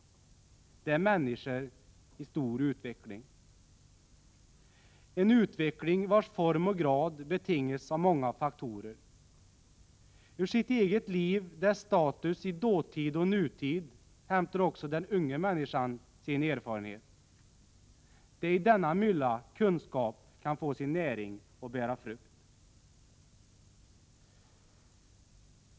Det är människor i snabb utveckling — en utveckling vars form och grad betingas av många faktorer. Ur sitt eget liv, dess status i dåtid och nutid, hämtar också den unga människan sin erfarenhet. Det är i denna mylla kunskap kan få sin näring och bära frukt.